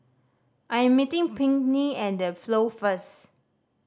I am meeting Pinkney at The Flow first